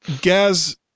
Gaz